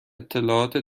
اطلاعات